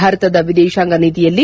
ಭಾರತದ ವಿದೇಶಾಂಗ ನೀತಿಯಲ್ಲಿ